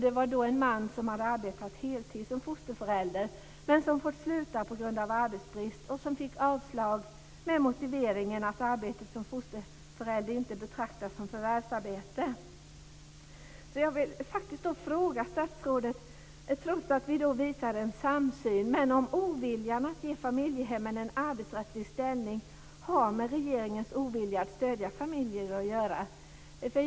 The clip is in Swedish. Målet gällde en man som arbetat heltid som fosterförälder, men som fått sluta på grund av arbetsbrist. Han fick avslag med motiveringen att arbete som fosterförälder inte betraktas som förvärvsarbete. Trots att statsrådet och jag uppvisar en samsyn vill jag ändå ställa en fråga. Har oviljan med att ge familjehemmen en arbetsrättslig ställning med regeringens ovilja att stödja familjer att göra?